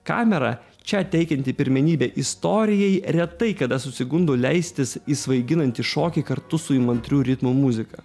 kamera čia teikianti pirmenybę istorijai retai kada susigundo leistis į svaiginantį šokį kartu su įmantrių ritmų muzika